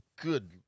good